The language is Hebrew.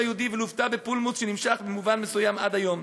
היהודי ולוותה בפולמוס שנמשך במובן מסוים עד היום.